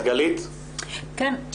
גלית וידרמן, בבקשה.